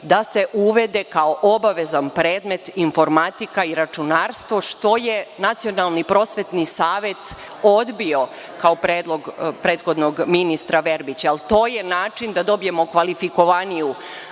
da se uvede kao obavezan predmet informatika i računarstvo što je Nacionalni prosvetni savet odbio kao predlog prethodnog ministra Verbića. To je način da dobijemo kvalifikovaniju